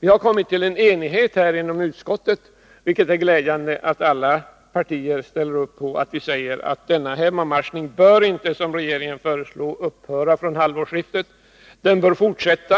Vi har härvid kommit till enighet inom utskottet, vilket är glädjande. Alla partier ställer här upp på att hemmamatchningen inte skall upphöra vid halvårsskiftet — som regeringen har föreslagit — utan anser att denna verksamhet bör fortsätta.